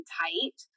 tight